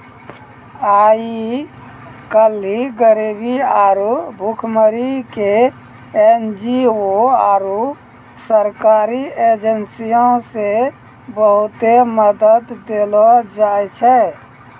आइ काल्हि गरीबी आरु भुखमरी के एन.जी.ओ आरु सरकारी एजेंसीयो से बहुते मदत देलो जाय छै